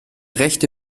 rechte